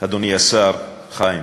אדוני השר חיים,